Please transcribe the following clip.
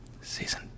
season